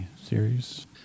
series